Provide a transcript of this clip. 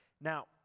Now